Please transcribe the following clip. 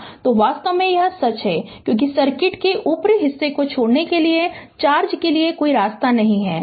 तो वास्तव में यह सच है क्योंकि सर्किट के ऊपरी हिस्से को छोड़ने के लिए चार्ज के लिए कोई रास्ता नहीं है